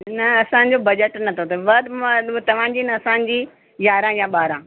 न असांजो बजट नथो थिए वधि में वधि तव्हांजी न असांजी यारहं या ॿारहं